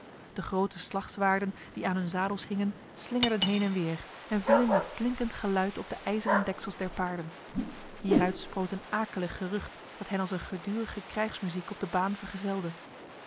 de grote slagzwaarden die aan hun zadels hingen slingerden heen en weer en vielen met klinkend geluid op de ijzeren deksels der paarden hieruit sproot een akelig gerucht dat hen als een gedurige krijgsmuziek op de baan vergezelde